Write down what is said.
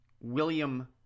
William